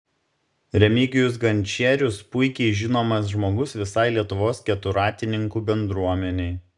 remigijus gančierius puikiai žinomas žmogus visai lietuvos keturratininkų bendruomenei